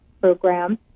program